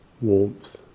warmth